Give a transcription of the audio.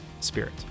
spirit